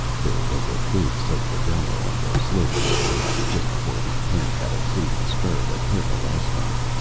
there was a big cycladella on the slope we came up, just before we passed that obsidian spur that hurt alaskon.